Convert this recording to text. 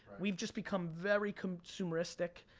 we've just become very consumeristic,